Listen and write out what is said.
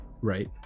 right